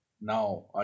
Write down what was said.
now